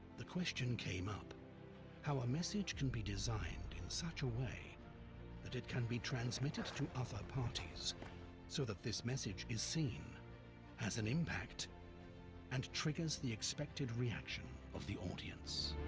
the question came up how a message can be designed such a way that it can be transmitted to other parties so that this message is seen as an impact and triggers the expected reaction of the audience.